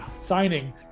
signing